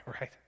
right